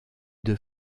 deux